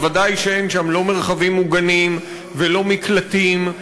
וודאי שאין שם לא מרחבים מוגנים ולא מקלטים.